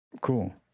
Cool